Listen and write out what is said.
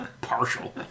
Partial